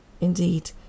Indeed